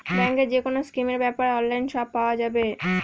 ব্যাঙ্কের যেকোনো স্কিমের ব্যাপারে অনলাইনে সব পাওয়া যাবে